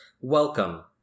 Welcome